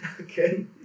Okay